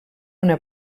una